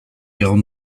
egon